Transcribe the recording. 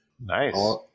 nice